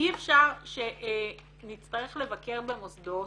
אי אפשר שנצטרך לבקר במוסדות,